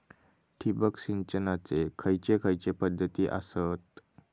ठिबक सिंचनाचे खैयचे खैयचे पध्दती आसत?